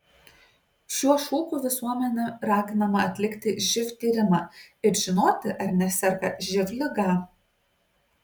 šiuo šūkiu visuomenė raginama atlikti živ tyrimą ir žinoti ar neserga živ liga